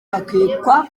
bakekwa